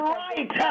right